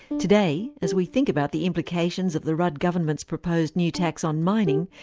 today, as we think about the implications of the rudd government's proposed new tax on mining,